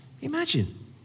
Imagine